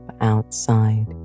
outside